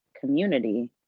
community